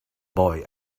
boy